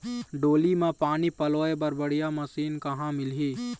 डोली म पानी पलोए बर बढ़िया मशीन कहां मिलही?